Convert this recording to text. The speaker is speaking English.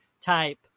type